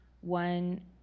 One